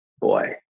Boy